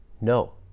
no